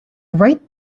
right